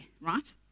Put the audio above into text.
right